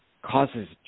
causes